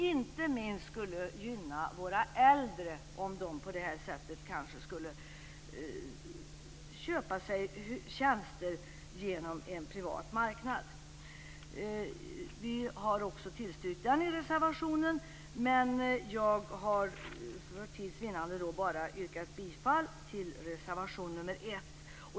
Inte minst skulle det gynna våra äldre om de på det här sättet kan köpa sig tjänster på en privat marknad. Vi har också tillstyrkt det i reservationen, men jag har för tids vinnande yrkat bifall bara till reservation nr 1.